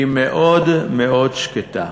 היא מאוד שקטה.